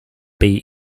bee